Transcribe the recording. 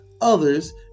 others